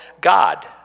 God